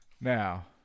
now